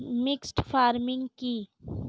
Mixed farming কি?